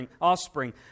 offspring